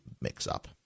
mix-up